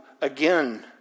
again